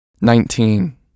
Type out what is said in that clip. Nineteen